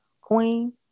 Queen